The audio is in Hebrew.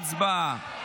הצבעה.